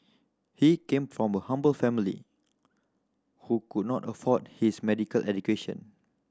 he came from a humble family who could not afford his medical education